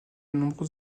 nombreux